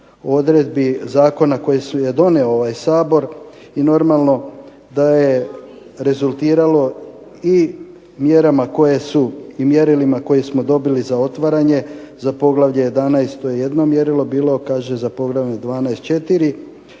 odredbi zakona koje je donio ovaj Sabor i normalno da je rezultiralo i mjerama koje su i mjerilima koje smo dobili za otvaranje za poglavlje 11. to je jedno mjerilo bilo, kaže za poglavlje 12.